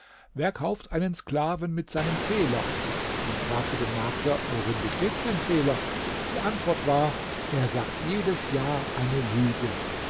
wer kauft einen sklaven mit seinem fehler man fragte den makler worin besteht sein fehler die antwort war er sagt jedes jahr eine lüge